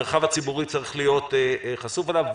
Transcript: המרחב הציבורי צריך להיות חשוף אליו.